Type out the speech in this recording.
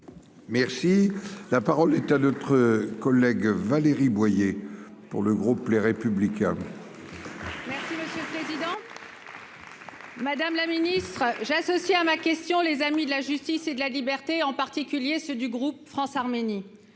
Merci, la parole est à notre collègue Valérie Boyer pour le groupe plairait public hein. Madame la ministre, j'associe à ma question : les amis de la justice et de la liberté, en particulier ceux du groupe France-Arménie